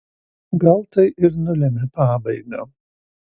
gal tai ir nulemia pabaigą